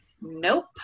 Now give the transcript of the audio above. Nope